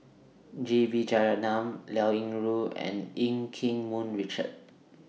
J B Jeyaretnam Liao Yingru and EU Keng Mun Richard